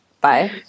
Bye